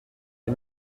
les